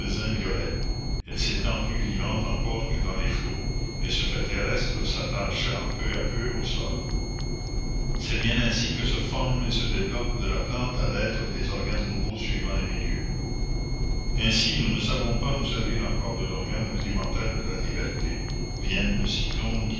violets elle s'étend plus vivante encore que dans les flots elle se fait terrestre s'attachant peu à peu au sol la commune c'est bien ainsi que se forment et se développent de la plante à l'être des organes nouveaux suivant les milieux ainsi nous ne savons pas nous servir encore de l'organe rudimentaire de la liberté vienne le cyclone